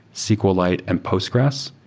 sqlite and postgres.